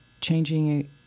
changing